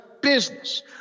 business